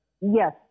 Yes